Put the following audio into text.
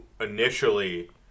initially